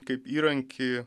kaip įrankį